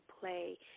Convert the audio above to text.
play